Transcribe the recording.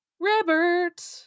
Robert